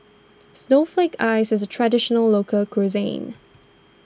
Snowflake Ice is a Traditional Local Cuisine